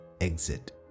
exit